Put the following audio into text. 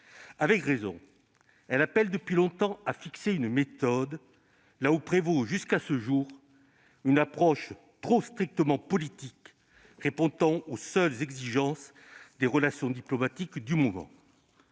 Avec raison, elle appelle depuis longtemps à fixer une méthode là où prévaut, jusqu'à ce jour, une approche trop strictement politique répondant aux seules exigences des relations diplomatiques du moment.